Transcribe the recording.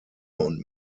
und